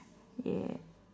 ya